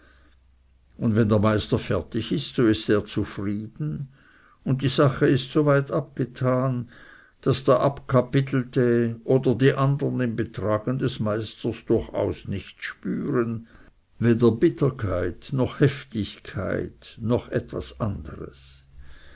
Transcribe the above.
und wenn der meister fertig ist so ist er zufrieden und die sache ist so weit abgetan daß der abkapitelte oder die andern im betragen des meisters durchaus nichts spüren weder bitterkeit noch heftigkeit noch etwas anderes